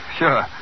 sure